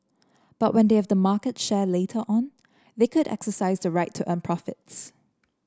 but when they have the market share later on they could exercise the right to earn profits